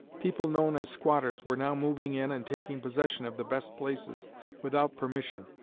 people known as squatters were now moving in and taking possession of the best places without permission.